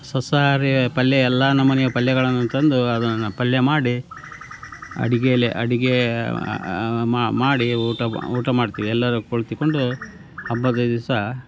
ಸಸ್ಯಾಹಾರಿ ಪಲ್ಯ ಎಲ್ಲ ನಮೂನೆಯ ಪಲ್ಯಗಳನ್ನು ತಂದು ಅದನ್ನು ಪಲ್ಯ ಮಾಡಿ ಅಡುಗೆಲಿ ಅಡುಗೆ ಮಾಡಿ ಊಟ ಊಟ ಮಾಡ್ತೀವಿ ಎಲ್ಲರೂ ಕುಳ್ತುಕೊಂಡು ಹಬ್ಬದ ದಿವಸ